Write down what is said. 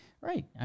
Right